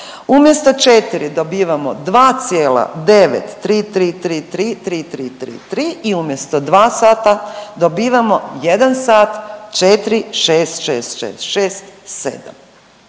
Umjesto 4 dobivamo 2,93333333 i umjesto 2 sata dobivamo 1 sat 466667.